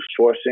sourcing